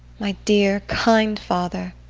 my dear, kind father